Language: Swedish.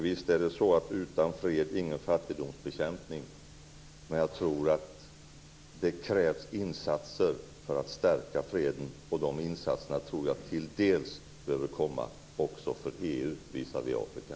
Visst är det så att utan fred - ingen fattigdomsbekämpning, men jag tror att det krävs insatser för att stärka freden, och dessa insatser tror jag till dels behöver komma också från EU visavi Afrika.